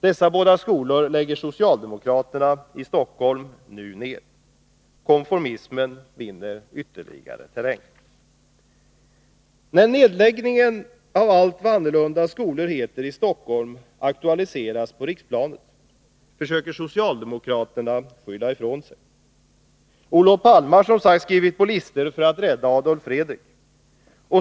Dessa båda lägger socialdemokraterna i Stockholm nu ned. Konformismen vinner ytterligare terräng. När nedläggningen av allt vad annorlunda skolor heter i Stockholm aktualiseras på riksplanet, försöker socialdemokraterna att skylla ifrån sig. Olof Palme har som sagt skrivit på listor för att rädda Adolf Fredrik.